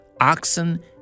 oxen